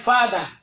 Father